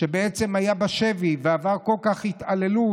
בעצם היה בשבי ועבר התעללות.